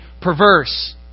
perverse